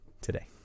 today